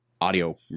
audio